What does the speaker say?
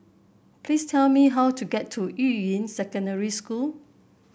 please tell me how to get to Yuying Secondary School